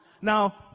Now